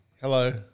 Hello